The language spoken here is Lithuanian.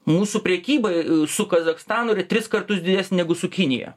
mūsų prekybai su kazachstanu yra tris kartus didesnė negu su kinija